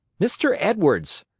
mr. edwards,